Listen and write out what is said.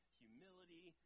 humility